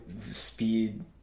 speed